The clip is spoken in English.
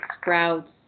Sprouts